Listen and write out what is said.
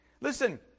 Listen